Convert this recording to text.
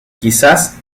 quizás